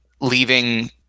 leaving